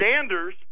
sanders